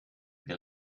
wir